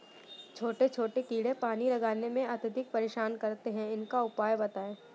छोटे छोटे कीड़े पानी लगाने में अत्याधिक परेशान करते हैं इनका उपाय बताएं?